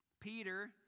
Peter